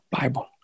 Bible